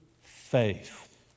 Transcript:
faith